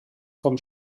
vom